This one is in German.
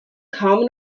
kaum